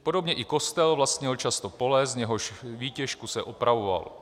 Podobně i kostel vlastnil často pole, z jehož výtěžku se opravoval.